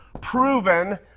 proven